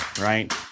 right